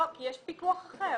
לא, כי יש פיקוח אחר.